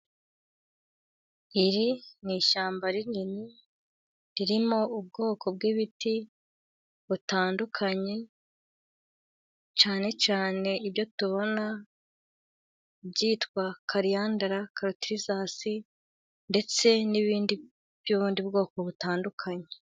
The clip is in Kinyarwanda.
Iri ni ishyamba rinini ririmo ubwoko bw'ibiti butandukanye，cyane cyane ibyo tubona，byitwa kariyandara，katirizasi, ndetse n'ibindi by'ubundi bwoko butandukanye.